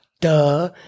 duh